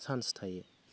chance थायो